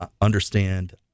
understand